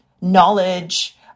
knowledge